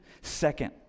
Second